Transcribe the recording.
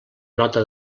nota